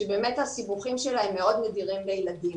שבאמת הסיבוכים שלה הם מאוד נדירים אצל ילדים.